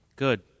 Good